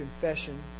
confession